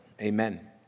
Amen